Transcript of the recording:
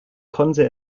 konnte